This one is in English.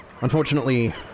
Unfortunately